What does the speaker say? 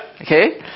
Okay